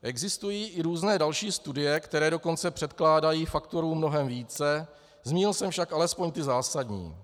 Existují i různé další studie, které dokonce předkládají faktorů mnohem více, zmínil jsem však alespoň ty zásadní.